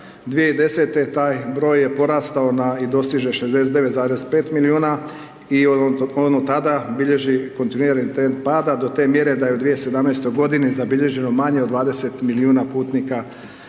2010. taj broj je porastao na i dostiže 69,5 milijuna i on od tada bilježi kontinuirani trend pada do te mjere da je u 2017. zabilježeno manje od 20 milijuna putnika